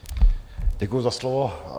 Děkuji za slovo.